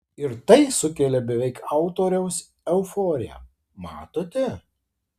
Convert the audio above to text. ir tai sukelia beveik autoriaus euforiją matote